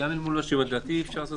אבל מה זה "שהתייעצה, ככל האפשר"